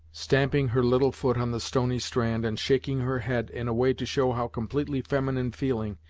stamping her little foot on the stony strand, and shaking her head in a way to show how completely feminine feeling,